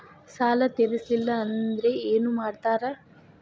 ಸಾಲ ತೇರಿಸಲಿಲ್ಲ ಅಂದ್ರೆ ಏನು ಮಾಡ್ತಾರಾ?